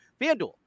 FanDuel